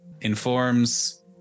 informs